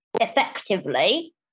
effectively